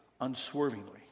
unswervingly